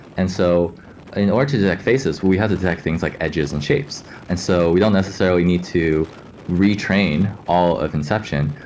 and so in order to detect faces, we have to detect things like edges and shapes. and so we don't necessarily need to retrain all of inception,